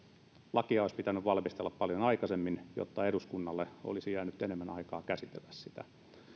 lakia olisi pitänyt valmistella paljon aikaisemmin jotta eduskunnalle olisi jäänyt enemmän aikaa käsitellä sitä